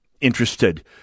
interested